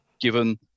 given